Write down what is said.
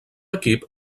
equip